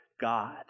God